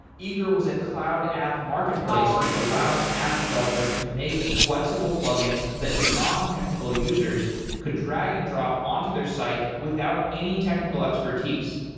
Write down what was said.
eager was a cloud app marketplace which allowed app developers to make flexible plug-ins that non-technical users could drag and drop on to their site without any technical expertise.